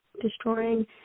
destroying